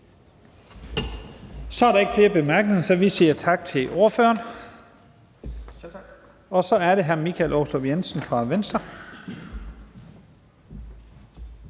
Så er der ikke flere korte bemærkninger, og så siger vi tak til ordføreren. Så er det hr. Michael Aastrup Jensen fra Venstre.